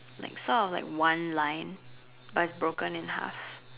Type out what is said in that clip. like sort of like one line but broken in half